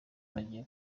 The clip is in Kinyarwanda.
bagiye